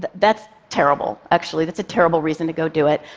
that's terrible, actually, that's a terrible reason to go do it.